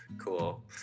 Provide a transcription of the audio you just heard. cool